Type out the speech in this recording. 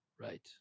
Right